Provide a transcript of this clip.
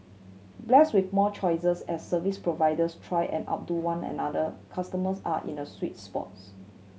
blessed with more choices as service providers try and outdo one another customers are in a sweet spots